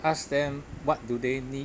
ask them what do they need